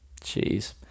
Jeez